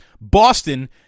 Boston